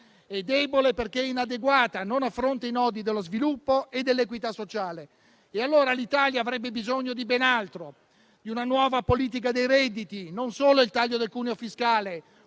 e debole perché inadeguata, non affronta i nodi dello sviluppo e dell'equità sociale. L'Italia avrebbe bisogno di ben altro, di una nuova politica dei redditi, non solo del taglio del cuneo fiscale,